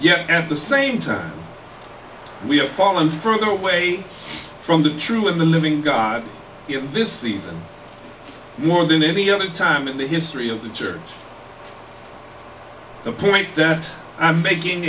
yet at the same time we have fallen further away from the true in the living god this season more than any other time in the history of the church the point that i'm making